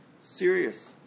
serious